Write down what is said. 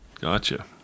Gotcha